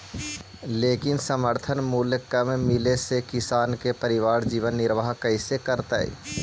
लेकिन समर्थन मूल्य कम मिले से किसान के परिवार जीवन निर्वाह कइसे करतइ?